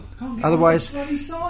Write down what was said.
otherwise